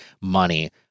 money